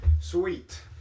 Sweet